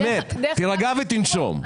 באמת, תירגע ותנשום.